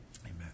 Amen